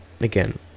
again